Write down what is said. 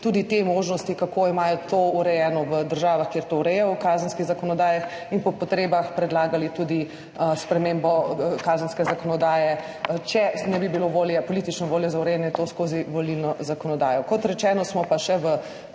tudi te možnosti, kako imajo to urejeno v državah, kjer to urejajo v kazenski zakonodaji, in po potrebah predlagali tudi spremembo kazenske zakonodaje, če ne bi bilo politične volje za urejanje tega skozi volilno zakonodajo. Kot rečeno, smo pa še v